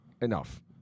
enough